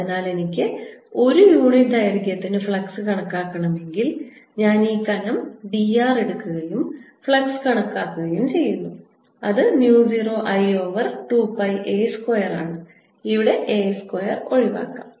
അതിനാൽ എനിക്ക് ഒരു യൂണിറ്റ് ദൈർഘ്യത്തിന് ഫ്ലക്സ് കണക്കാക്കണമെങ്കിൽ ഞാൻ ഈ കനം dr എടുക്കുകയും ഫ്ലക്സ് കണക്കാക്കുകയും ചെയ്യുന്നു അത് mu 0 I over 2 pi a square ആണ് ഇവിടെ a സ്ക്വയർ ഒഴിവാക്കാം